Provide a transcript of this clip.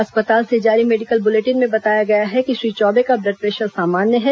अस्पताल से जारी मेडिकल बुलेटिन में बताया गया है कि श्री चौबे का ब्लडप्रेशर सामान्य है